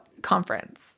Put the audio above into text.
Conference